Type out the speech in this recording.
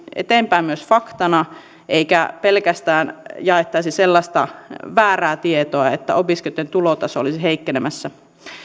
eteenpäin myös faktana eikä pelkästään jaettaisi sellaista väärää tietoa että opiskelijoitten tulotaso olisi heikkenemässä